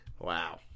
Wow